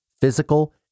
physical